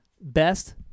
best